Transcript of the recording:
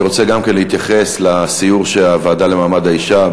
גם אני רוצה להתייחס לסיור של הוועדה למעמד האישה,